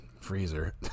freezer